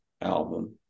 album